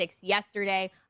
yesterday